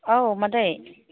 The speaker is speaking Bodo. औ मादै